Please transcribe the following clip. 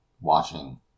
watching